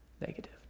Negative